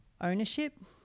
Ownership